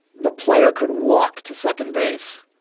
the player could walk to second base.